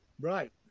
Right